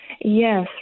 Yes